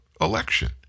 election